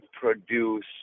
produce